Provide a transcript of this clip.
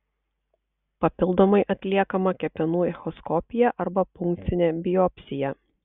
papildomai atliekama kepenų echoskopija arba punkcinė biopsija